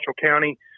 County